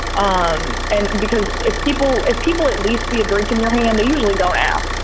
um and because if people if people at least see a drink in your hand, they usually don't ask.